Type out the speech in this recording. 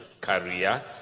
career